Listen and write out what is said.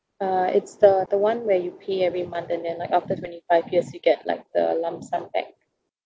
uh it's the the one where you pay every month and then like after twenty five years you get like the lump sum back